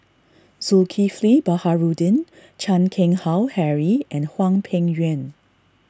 Zulkifli Baharudin Chan Keng Howe Harry and Hwang Peng Yuan